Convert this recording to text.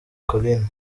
collines